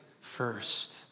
first